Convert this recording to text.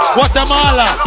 Guatemala